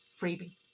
freebie